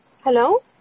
Hello